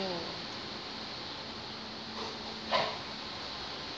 mm